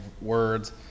words